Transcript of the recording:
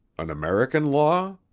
an american law?